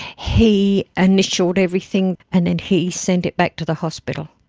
he initialled everything, and then he sent it back to the hospital.